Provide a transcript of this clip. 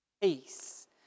peace